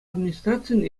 администрацийӗн